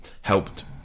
helped